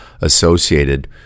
associated